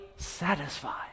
satisfied